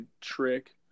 trick